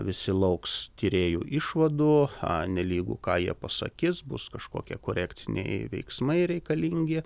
visi lauks tyrėjų išvadų nelygu ką jie pasakys bus kažkokie korekciniai veiksmai reikalingi